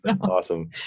Awesome